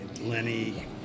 Lenny